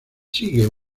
sigue